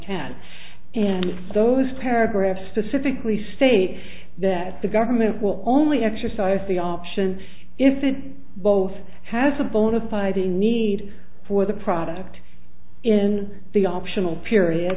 can and those paragraphs specifically state that the government will only exercise the option if it both has a bona fide a need for the product in the optional period